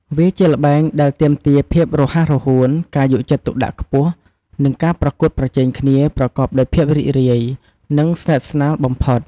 វាជាល្បែងដែលទាមទារភាពរហ័សរហួន ការយកចិត្តទុកដាក់ខ្ពស់ និងការប្រកួតប្រជែងគ្នាប្រកបដោយភាពរីករាយ និងស្និទ្ធស្នាលបំផុត។